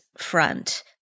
front